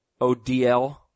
ODL